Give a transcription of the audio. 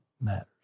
matters